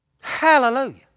Hallelujah